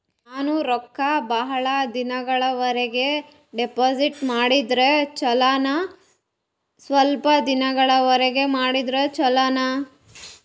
ನಾನು ರೊಕ್ಕ ಬಹಳ ದಿನಗಳವರೆಗೆ ಡಿಪಾಜಿಟ್ ಮಾಡಿದ್ರ ಚೊಲೋನ ಸ್ವಲ್ಪ ದಿನಗಳವರೆಗೆ ಮಾಡಿದ್ರಾ ಚೊಲೋನ?